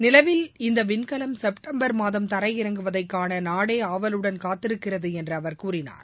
நிலவில் இந்த விண்கலம் செப்டம்பர் மாதம் தரையிறங்குவதை காண நாடே ஆவலுடன் காத்திருக்கிறது என்று அவர் கூறினார்